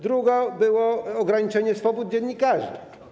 Drugi to było ograniczenie swobód dziennikarzy.